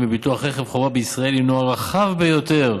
בביטוח רכב חובה בישראל הינו הרחב ביותר